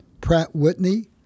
Pratt-Whitney